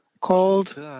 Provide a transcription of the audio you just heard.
called